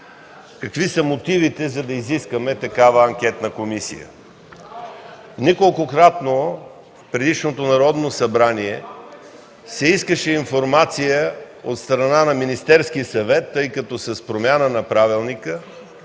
Какви са мотивите, за да изискаме такава анкетна комисия. Неколкократно в предишното Народно събрание се искаше информация от страна на Министерския съвет, тъй като с промяна на правилника